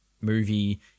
movie